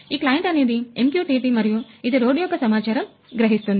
ఈ క్లైంట్ అనేది MQTT client మరియు ఇది రోడ్డు యొక్క సమాచారము గ్రహిస్తుంది